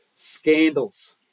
scandals